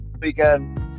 weekend